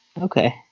Okay